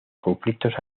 conflictos